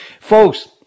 Folks